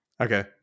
Okay